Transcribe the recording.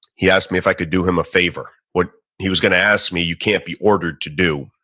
he asked me if i could do him a favor. what he was going to ask me, you can't be ordered to do.